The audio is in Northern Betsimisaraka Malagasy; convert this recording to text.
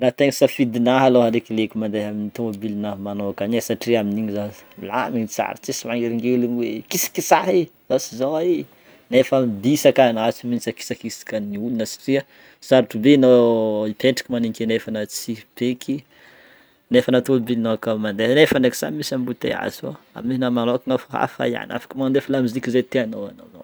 Raha tegna safidinah alôha alekileky mandeha amin'ny tomobilinah manôkagny e satria amin'igny zah milamigny tsara, tsisy manelingeligny hoe mikisakisa e zao sy zao e, nefa amin'ny bus akany anah tsy maintsy akisakisakan'ny olona satria sarotrao be anao hipetraka marigny ake nefa anao tsy hipeky, nefa anaty tomobilinao akao mandeha nefa ndraiky samy misy embouteillage fô. Amininah manôkagna f- hafa ihany afaka mandefa lamoziky zay tianao anao.